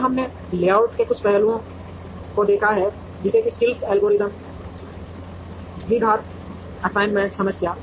और हमने लेआउट के कुछ पहलुओं को देखा है जैसे कि शिल्प एल्गोरिथ्म और द्विघात असाइनमेंट समस्या